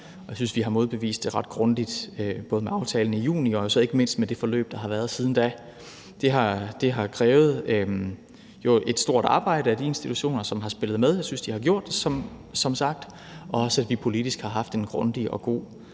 og jeg synes, vi har modbevist det ret grundigt både med aftalen i juni og ikke mindst med det forløb, der har været siden da. Det har krævet et stort arbejde af de institutioner, som har spillet med. Jeg synes som sagt, at de har gjort det, og også, at vi politisk har haft et grundigt og godt